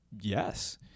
yes